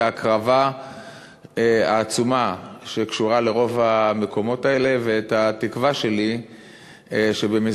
את ההקרבה העצומה שקשורה לרוב המקומות האלה ואת התקווה שלי שבמסגרת